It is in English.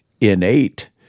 innate